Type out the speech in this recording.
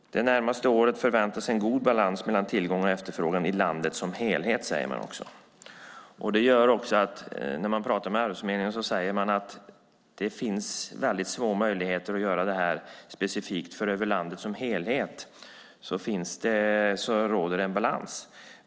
Det närmaste året förväntas en god balans mellan tillgång och efterfrågan i landet som helhet. Arbetsförmedlingen säger att det finns små möjligheter att göra något. Över landet som helhet råder balans.